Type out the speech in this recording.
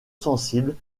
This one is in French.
sensible